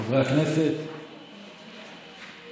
חברי הכנסת, תודה.